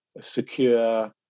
secure